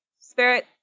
spirit